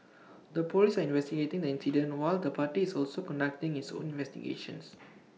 the Police are investigating the incident while the party is also conducting its own investigations